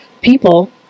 people